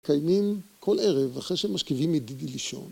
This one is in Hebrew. מקיימים כל ערב אחרי שמשכיבים ידידי לישון.